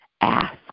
ask